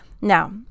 Now